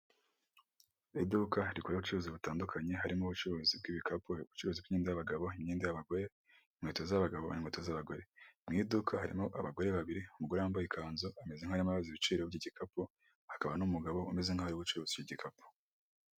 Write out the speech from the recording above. Iduka rikora abacuruzi batandukanye. Harimo ubucuruzi bw' ibikapu, ubucuruza bw' imyenda y' abagabo, hari imyenda y' abagore, inkweto z' abagabo, hari inkweto z' abagore. Mu iduka harimo abagore babiri, umugore yambaye ikanzu ameze nk' aho arimo arabaza ibiciro by' igikapu hakaba n' umugabo umeze nkaho ariwe ucuruza icyo igikapu.